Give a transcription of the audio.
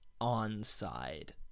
Onside